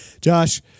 Josh